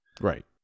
Right